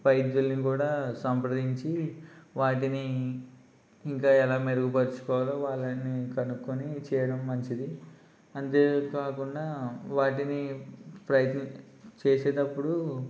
వైద్యులని కూడా సంప్రదించి వాటిని ఇంకా ఎలా మెరుగుపరుచుకోవాలో వాళ్ళని కనుక్కొని చేయడం మంచిది అంతేకాకుండా వాటిని ప్రయత్నించేసేదప్పుడు